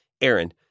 Aaron